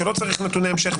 נושאים שלא צריך נתוני המשך,